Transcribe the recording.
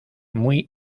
muy